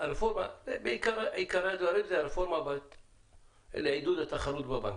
- עיקרי הדברים זה הרפורמה לעידוד התחרות בבנקים.